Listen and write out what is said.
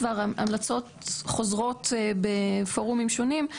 המלצות חוזרות בפורומים שונים,